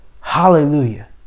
hallelujah